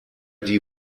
die